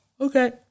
Okay